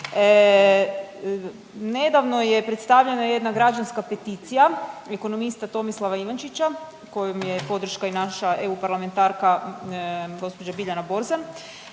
nedavno je predstavljena jedna građanska peticija ekonomista Tomislava Ivančića kojem je i podrška i naša europarlamentarka gđa Biljana Borzan